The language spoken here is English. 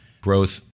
Growth